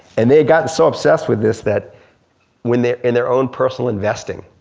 and they had gotten so obsessed with this that when they, in their own personal investing,